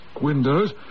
Windows